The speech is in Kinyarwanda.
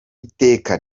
iteka